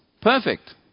perfect